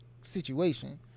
situation